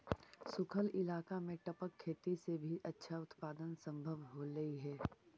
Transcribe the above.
सूखल इलाका में टपक खेती से भी अच्छा उत्पादन सम्भव होले हइ